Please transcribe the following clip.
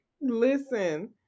Listen